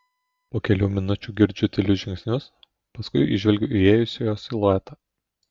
po kelių minučių girdžiu tylius žingsnius paskui įžvelgiu įėjusiojo siluetą